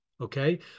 okay